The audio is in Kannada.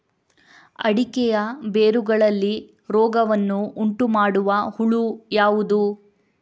ಅಡಿಕೆಯ ಬೇರುಗಳಲ್ಲಿ ರೋಗವನ್ನು ಉಂಟುಮಾಡುವ ಹುಳು ಯಾವುದು?